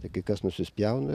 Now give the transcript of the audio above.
tai kas nusispjauna